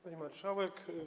Pani Marszałek!